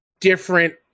different